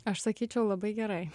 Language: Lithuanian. aš sakyčiau labai gerai